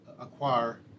acquire